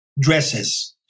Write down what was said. dresses